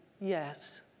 yes